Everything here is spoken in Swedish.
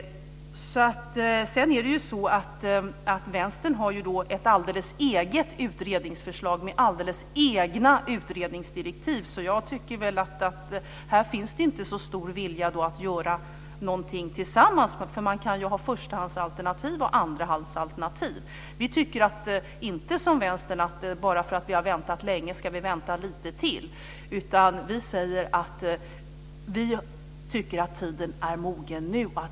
Vänstern har ett alldeles eget utredningsförslag med alldeles egna utredningsdirektiv. Här finns det inte så stor vilja att göra någonting tillsammans. Det går att ha förstahandsalternativ och andrahandsalternativ. Vi tycker inte som Vänstern att bara för att vi har fått vänta länge ska vi vänta lite till. Vi säger att tiden är mogen nu.